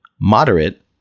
moderate